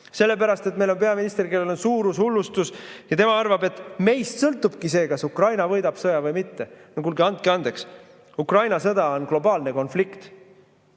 Sellepärast et meil on peaminister, kellel on suurushullustus, ja tema arvab, et meist sõltubki see, kas Ukraina võidab sõja või mitte. No kuulge, andke andeks! Ukraina sõda on globaalne konflikt.